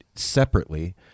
separately